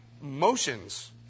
motions